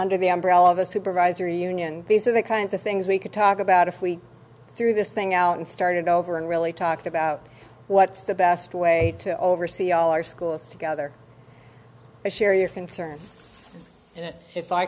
under the umbrella of a supervisory union these are the kinds of things we could talk about if we threw this thing out and started over and really talked about what's the best way to oversee all our schools together and share your concerns